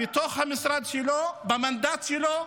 בתוך המשרד שלו, במנדט שלו,